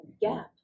gap